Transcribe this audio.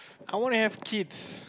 I want to have kids